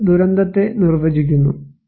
അത് ദുരന്തത്തെ നിർവചിക്കുന്നു